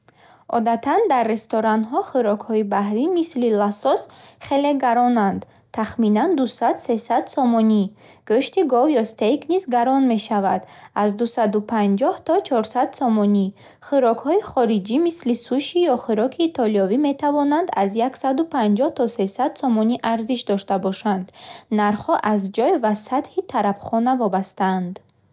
Одатан дар ресторанҳо хӯрокҳои баҳрӣ, мисли лосос, хеле гаронанд, тахминан дусад - сесад сомонӣ. Гӯшти гов ё стейк низ гарон мешавад, аз дусаду панҷоҳ то чорсад сомонӣ. Хӯрокҳои хориҷӣ, мисли суши ё хӯроки итолиёвӣ, метавонанд аз яксаду панҷоҳ то сесад сомонӣ арзиш дошта бошанд. Нархҳо аз ҷой ва сатҳи тарабхона вобастаанд.